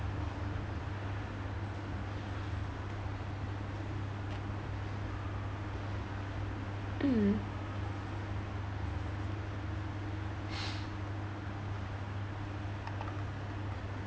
mm